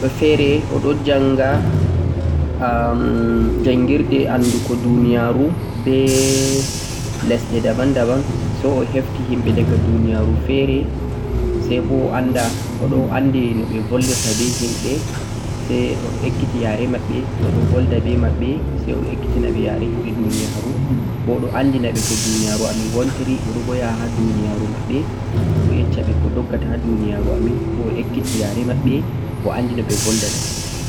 woodi goɗɗo feere o ɗo njannga am njanngirdee anndugo duuniyaaru be lesɗe 'daban-daban', say o hefti himɓe diga duuniyaaru feere, say bo annda o ɗon anndi no o bollirta be himɓe say o ɗo ekkiti yare maɓɓe o ɗon bolda be maɓɓe, say o ɗon ekkiti naɓe yare himɓe duuniyaaru bo o ɗon anndi naɓe ko duuniyaaru amin wontiri, o bo yaha ha duuniyaaru maɓɓe, o ɗo yecca ɓe ko dogga ta ha duuniyaaru amin bo o ekkiti yare maɓɓe, o anndi no ɓe boldata.